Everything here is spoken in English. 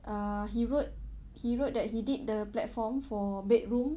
uh he wrote he wrote that he did the platform for bedroom